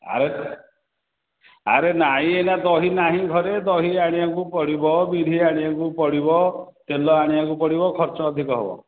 ଆରେ ଆରେ ନାଇଁ ଏଇନା ଦହି ନାହିଁ ଘରେ ଦହି ଆଣିବାକୁ ପଡ଼ିବ ବିରି ଆଣିବାକୁ ପଡ଼ିବ ତେଲ ଆଣିବାକୁ ପଡ଼ିବ ଖର୍ଚ୍ଚ ଅଧିକ ହେବ